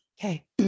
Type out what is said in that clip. Okay